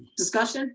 discussion.